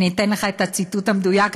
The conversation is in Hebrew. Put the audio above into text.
אני אתן לך את הציטוט המדויק,